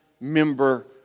member